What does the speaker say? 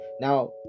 Now